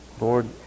Lord